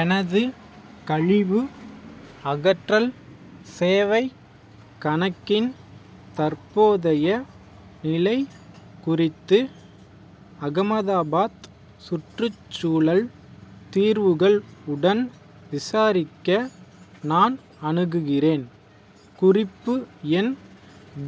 எனது கழிவு அகற்றல் சேவைக் கணக்கின் தற்போதைய நிலை குறித்து அகமதாபாத் சுற்றுச்சூழல் தீர்வுகள் உடன் விசாரிக்க நான் அணுகுகிறேன் குறிப்பு எண்